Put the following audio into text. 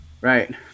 Right